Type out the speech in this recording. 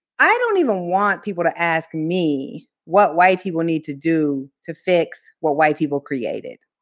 i don't even want people to ask me what white people need to do to fix what white people created.